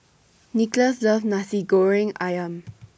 Nickolas loves Nasi Goreng Ayam